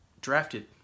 drafted